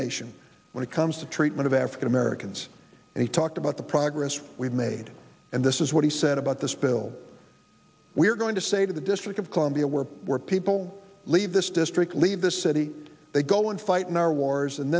nation when it comes to treatment of african americans and he talked about the progress we've made and this is what he said about this bill we are going to say to the district of columbia we're where people leave this district leave the city they go and fight in our wars and